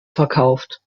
verkauft